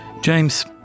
James